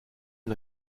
une